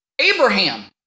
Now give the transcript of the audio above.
Abraham